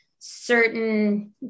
certain